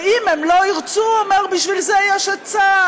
ואם הם לא ירצו, הוא אומר, בשביל זה יש את צה"ל.